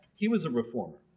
he was a reformer.